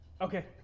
Okay